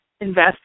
invest